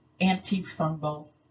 antifungal